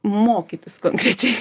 mokytis konkrečiai